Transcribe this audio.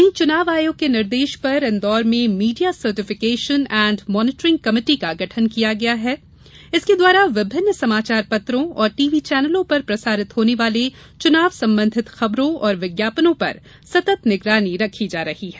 वहीं चुनाव आयोग के निर्देश पर इंदौर में media certification and monitoring committee का गठन किया गया है जिसके द्वारा विभिन्न समाचार पत्रों और टीवी चैनलों पर प्रसारित होने वाले चुनाव संबंधित खबरों और विज्ञापनों पर सतत निगरानी रखी जा रही है